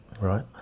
right